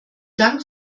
dank